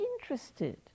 interested